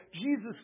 Jesus